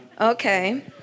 Okay